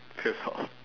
piss off